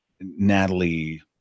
natalie